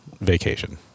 vacation